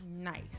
Nice